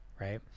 right